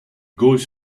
goes